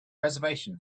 reservation